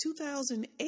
2008